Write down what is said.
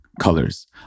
colors